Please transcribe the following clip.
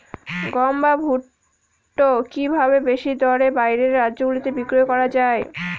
গম বা ভুট্ট কি ভাবে বেশি দরে বাইরের রাজ্যগুলিতে বিক্রয় করা য়ায়?